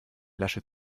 lasche